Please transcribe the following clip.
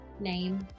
name